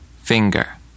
finger